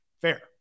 Fair